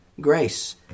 grace